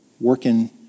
working